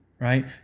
right